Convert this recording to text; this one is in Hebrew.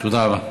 תודה רבה.